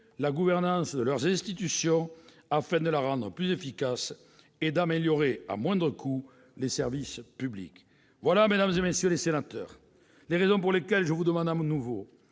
la gouvernance des institutions corses afin de la rendre plus efficace et d'améliorer, à moindre coût, les services publics. Voilà, mesdames, messieurs les sénateurs, les raisons pour lesquelles je vous demande de nouveau